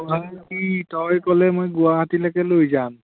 গুৱাহাটী তই ক'লে মই গুৱাহাটীলৈকে লৈ যাম